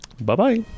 Bye-bye